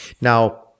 Now